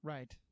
Right